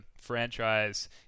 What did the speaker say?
franchise